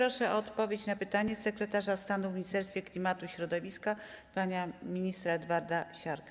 O odpowiedź na pytania proszę sekretarza stanu w Ministerstwie Klimatu i Środowiska pana ministra Edwarda Siarkę.